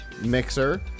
Mixer